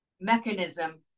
mechanism